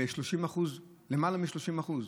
בלמעלה מ-30%?